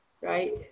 right